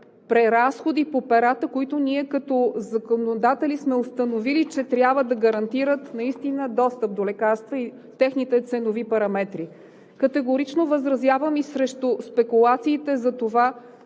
преразходи по перата, които ние като законодатели сме установили, че трябва да гарантират наистина достъп до лекарства и техните ценови параметри. Категорично възразявам и срещу спекулациите за това,